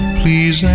please